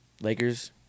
Lakers